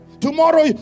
Tomorrow